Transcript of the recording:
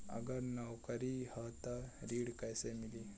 अगर नौकरी ह त ऋण कैसे मिली?